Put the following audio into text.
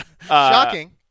Shocking